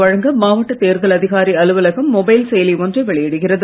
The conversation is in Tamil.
வழங்க மாவட்ட தேர்தல் அதிகாரி அலுவலகம் மொபைல் செயலி ஒன்றை வெளியிடுகிறது